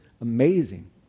amazing